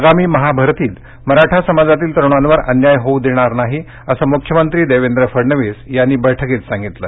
आगामी महाभरतीत मराठा समाजातील तरुणांवर अन्याय होऊ देणार नाही असं मुख्यमंत्री देवेंद्र फडणवीस यांनी बैठकीत सांगितलं